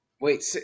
Wait